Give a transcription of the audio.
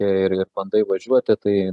ir ir bandai važiuoti tai